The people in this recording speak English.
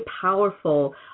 powerful